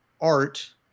art